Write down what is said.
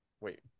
Wait